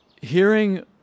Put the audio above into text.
hearing